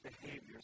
behaviors